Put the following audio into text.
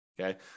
Okay